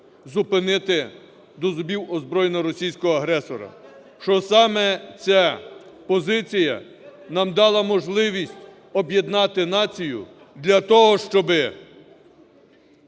зупинити до зубів озброєного російського агресора, що саме ця позиція нам дала можливість об'єднати націю для того, щоби